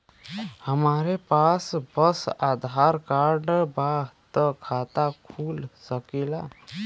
हमरे पास बस आधार कार्ड बा त खाता खुल सकेला?